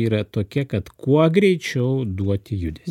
yra tokia kad kuo greičiau duoti judesį